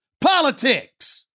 politics